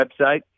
website